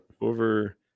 over